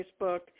facebook